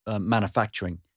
manufacturing